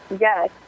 Yes